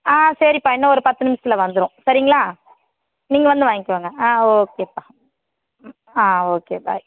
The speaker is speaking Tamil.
ஆ சரிப்பா இன்னும் ஒரு பத்து நிம்ஷத்துல வந்துரும் சரிங்களா நீங்கள் வந்து வாங்கிக்கோங்க ஆ ஓகேப்பா ம் ஆ ஓகே பாய்